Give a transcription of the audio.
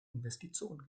investition